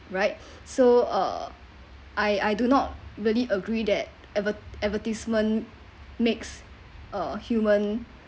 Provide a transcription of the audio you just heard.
right so uh I I do not really agree that advert~ advertisement makes a human